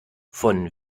von